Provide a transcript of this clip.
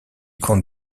compte